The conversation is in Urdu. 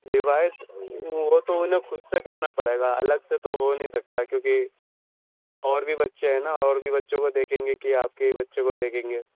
ریوائز وہ تو انہیں خود سے کرنا پڑے گا الگ سے تو ہو نہیں سکتا ہے کیوںکہ اور بھی بچے ہیں نا اور بھی بچوں کو دیکھیں گے کہ آپ کے ہی بچے کو دیکھیں گے